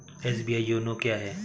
SBI YONO क्या है?